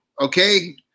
Okay